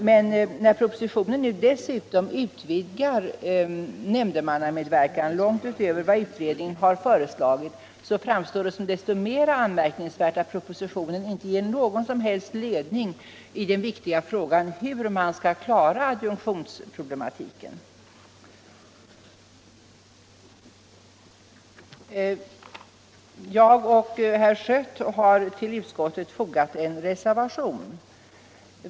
Men när propositionen nu dessutom utvidgar nämndemannamedverkan långt utöver vad utredningen har föreslagit, framstår det som desto mer anmärkningsvärt att propositionen inte ger någon som helst ledning i den viktiga frågan hur man skall klara adjunktionsproblematiken. Herr Schött och jag har vid utskottsbetänkandet fogat en reservation.